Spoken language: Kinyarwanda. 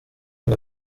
ngo